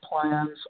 plans